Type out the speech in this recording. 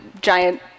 giant